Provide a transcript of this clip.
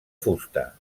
fusta